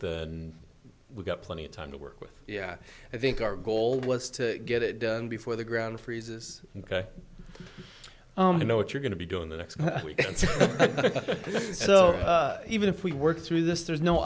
we've got plenty of time to work with yeah i think our goal was to get it done before the ground freezes you know what you're going to be doing the next week and so even if we work through this there's no